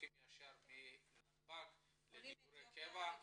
והולכים ישר מנתב"ג למגורי קבע.